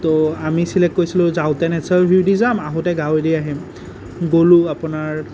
তো আমি চিলেক্ট কৰিছিলোঁ যাওঁতে নেচাৰেল ভিউৱেদি যাম আহোঁতে গাঁৱেদি আহিম গ'লোঁ আপোনাৰ